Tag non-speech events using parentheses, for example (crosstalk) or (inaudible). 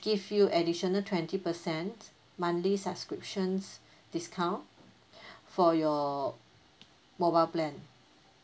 give you additional twenty percent monthly subscriptions discount (breath) for your mobile plan